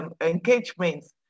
engagements